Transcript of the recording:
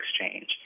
exchange